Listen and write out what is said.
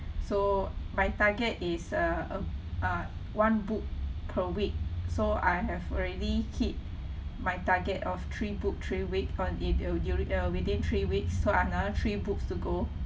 so my target is uh a uh one book per week so I have already hit my target of three book three week from it uh during uh within three weeks so another three books to go